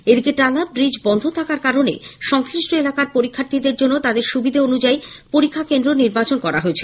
এদিকে টালা ব্রিজ বন্ধ থাকার কারণে সংশ্লিষ্ট এলাকার পরীক্ষার্থীদের জন্য তাদের স্বিধা অনুযায়ী পরীক্ষা কেন্দ্র নির্বাচন করা হয়েছে